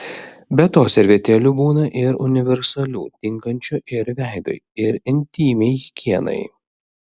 be to servetėlių būna ir universalių tinkančių ir veidui ir intymiai higienai